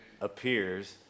appears